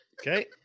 Okay